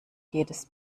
jedes